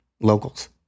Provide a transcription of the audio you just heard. locals